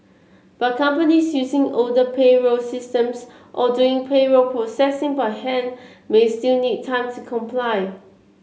but companies using older payroll systems or doing payroll processing by hand may still need time to comply